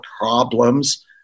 problems